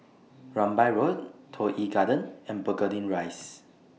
Rambai Road Toh Yi Garden and Burgundy Rise